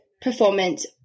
performance